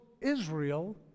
Israel